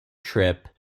trip